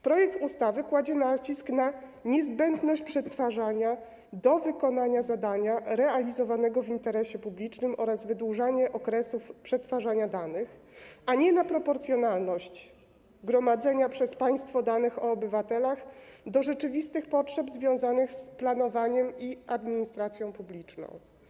Projekt ustawy kładzie nacisk na niezbędność przetwarzania do wykonania zadania realizowanego w interesie publicznym oraz wydłużanie okresów przetwarzania danych, a nie na proporcjonalność gromadzenia przez państwo danych o obywatelach do rzeczywistych potrzeb związanych z planowaniem i administracją publiczną.